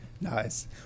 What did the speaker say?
Nice